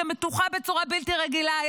שמתוחה בצורה בלתי רגילה,